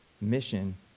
mission